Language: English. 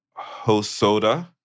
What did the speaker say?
Hosoda